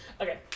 okay